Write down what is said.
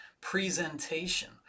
presentation